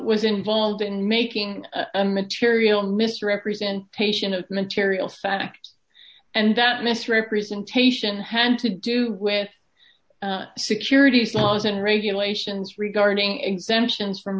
was involved in making a material misrepresentation of material fact and that misrepresentation had to do with securities laws and regulations regarding exemptions from